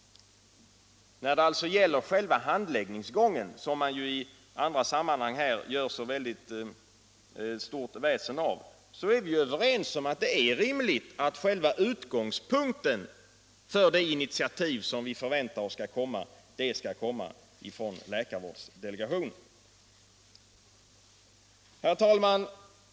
När det alltså gäller själva handläggningsgången, som socialdemokra terna i andra sammanhang gör så stort väsen av, är vi överens om att det är rimligt att själva utgångspunkten för det initiativ vi förväntar oss skall komma från läkarvårdsdelegationen. Herr talman!